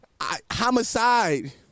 Homicide